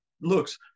looks